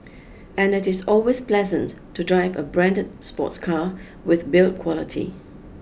and it is always pleasant to drive a branded sports car with build quality